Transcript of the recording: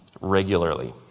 regularly